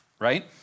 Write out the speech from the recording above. right